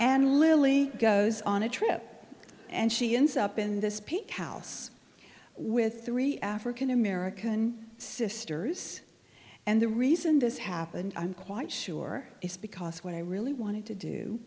literally goes on a trip and she ends up in this pink house with three african american sisters and the reason this happened i'm quite sure is because what i really wanted to do